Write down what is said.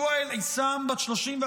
דועה אל-עאסם, בת 31,